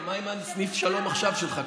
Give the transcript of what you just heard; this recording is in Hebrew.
רגע, מה עם סניף שלום עכשיו שלך?